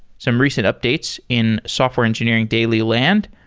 some recent updates in software engineering daily land,